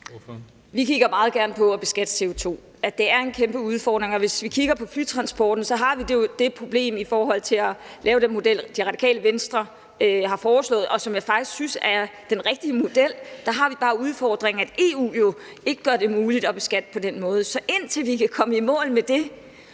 Dyhr (SF): Vi kigger meget gerne på en beskatning af CO2-udledning. Det er en kæmpe udfordring, og hvis vi kigger på flytransporten, så har vi jo det problem i forhold til at lave den model, Det Radikale Venstre har foreslået, og som jeg faktisk synes er den rigtige model, at EU ikke gør det muligt at beskatte på den måde. Så indtil vi kan komme i mål med det,